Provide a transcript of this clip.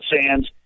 sands